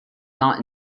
not